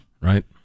Right